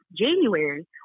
january